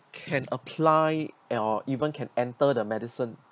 can apply or even can enter the medicine